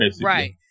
Right